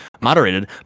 moderated